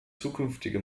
zukünftige